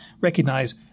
recognize